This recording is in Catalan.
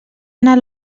anar